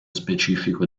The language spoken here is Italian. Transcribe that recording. specifico